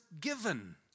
given